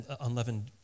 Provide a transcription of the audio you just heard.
unleavened